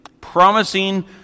promising